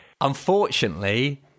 Unfortunately